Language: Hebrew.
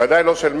ודאי לא של 100%,